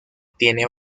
tiene